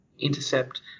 intercept